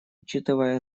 учитывая